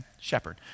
shepherd